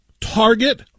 Target